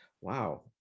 Wow